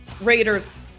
Raiders